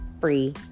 free